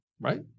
right